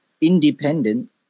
independent